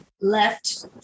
Left